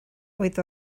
oedd